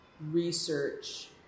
research